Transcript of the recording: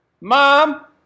mom